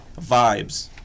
vibes